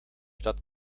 stadt